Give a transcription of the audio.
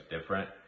different